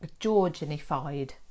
Georgianified